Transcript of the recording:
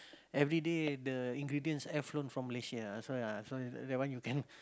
everyday the ingredients air flown from Malaysia ah so ya so that one you can